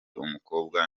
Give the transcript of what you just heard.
umukobwa